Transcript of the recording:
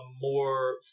more